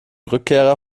rückkehrer